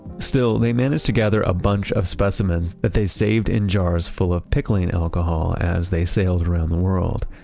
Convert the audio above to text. still, they managed to gather a bunch of specimens that they saved in jars full of pickling alcohol as they sailed around the world.